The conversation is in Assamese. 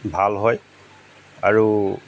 ভাল হয় আৰু